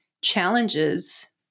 challenges